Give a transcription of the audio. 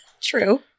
True